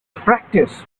practice